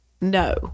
No